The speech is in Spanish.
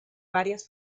varias